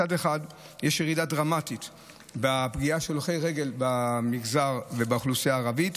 מצד אחד יש ירידה דרמטית בפגיעה של הולכי רגל באוכלוסייה הערבית,